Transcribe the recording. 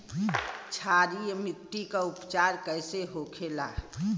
क्षारीय मिट्टी का उपचार कैसे होखे ला?